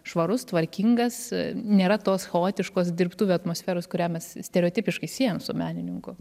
švarus tvarkingas nėra tos chaotiškos dirbtuvių atmosferos kurią mes stereotipiškai siejam su menininku